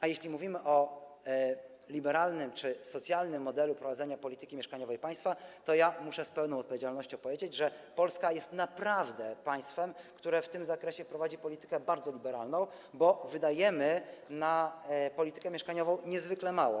A jeśli mówimy o liberalnym czy socjalnym modelu prowadzenia polityki mieszkaniowej państwa, to muszę z pełną odpowiedzialnością powiedzieć, że Polska naprawdę jest państwem, które w tym zakresie prowadzi politykę bardzo liberalną, bo wydajemy na politykę mieszkaniową niezwykle mało.